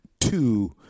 Two